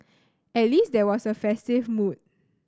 at least there was a festive mood